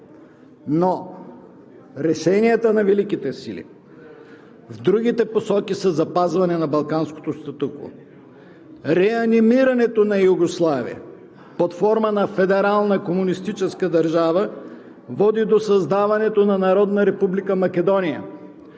но решенията на Великите сили в другите посоки са за запазване на балканското статукво. Реанимирането на Югославия под формата на федерална комунистическа държава води до създаването на Народна република Македония,